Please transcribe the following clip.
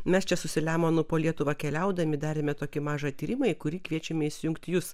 mes čia selemonu po lietuvą keliaudami darėme tokį mažą tyrimai į kurį kviečiami įsijungti jus